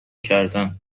کردم